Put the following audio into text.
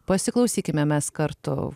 pasiklausykime mes kartu